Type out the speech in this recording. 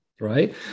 right